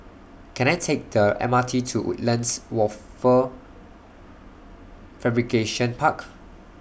Can I Take The M R T to Woodlands Wafer Fabrication Park